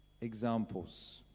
examples